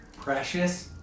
Precious